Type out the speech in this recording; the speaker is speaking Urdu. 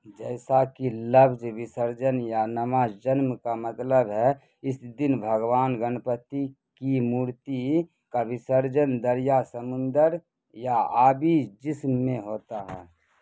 جیسا کہ لفظ وسرجن یا نماجنم کا مطلب ہے اس دن بھگوان گنپتی کی مورتی کا وسرجن دریا سمندر یا آبی جسم میں ہوتا ہے